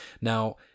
Now